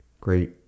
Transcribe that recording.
great